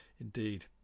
Indeed